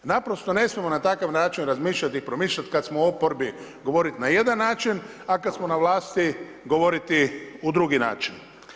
Naprosto ne smijemo na takav način razmišljati i razmišljati, kada smo u oporbi govoriti na jedan način, a kada smo na vlasti govoriti na drugi način.